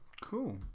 cool